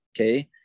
Okay